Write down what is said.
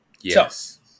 Yes